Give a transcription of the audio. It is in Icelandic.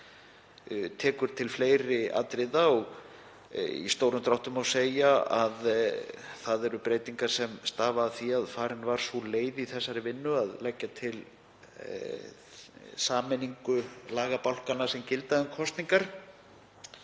vinnan sem lá fyrir 2016. Í stórum dráttum má segja að það séu breytingar sem stafa af því að farin var sú leið í þessari vinnu að leggja til sameiningu lagabálkanna sem gilda um kosningar.